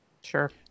Sure